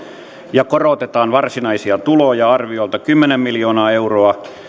ja korotetaan varsinaisia tuloja arviolta kymmenen miljoonaa euroa